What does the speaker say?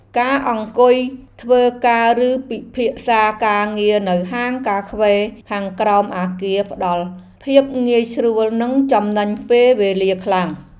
ការអង្គុយធ្វើការឬពិភាក្សាការងារនៅហាងកាហ្វេខាងក្រោមអគារផ្តល់ភាពងាយស្រួលនិងចំណេញពេលវេលាខ្លាំង។